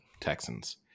Texans